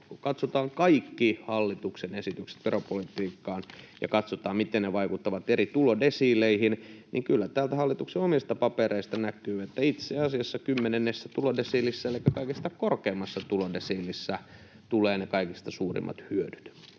kaikki hallituksen esitykset veropolitiikkaan, ja katsotaan, miten ne vaikuttavat eri tulodesiileihin, niin kyllä täältä hallituksen omista papereista näkyy, että itse asiassa kymmenennessä tulodesiilissä elikkä kaikista korkeimmassa tulodesiilissä tulevat ne kaikista suurimmat hyödyt.